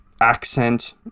accent